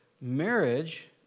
Marriage